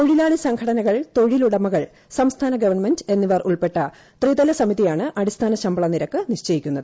തൊഴിലാളി പ്രൂർഘടനകൾ തൊഴിലുടമകൾ സംസ്ഥാന ഗവൺമെന്റ് എന്നിവരു ഉൾപ്പെട്ട ത്രിതല സമിതിയാണ് അടിസ്ഥാന ശമ്പള നിരക്ക് നിശ്ചയിക്കുന്നത്